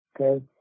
okay